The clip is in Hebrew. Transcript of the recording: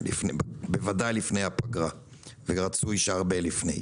בוודאי לפני הפגרה ורצוי שהרבה לפני.